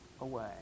away